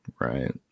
right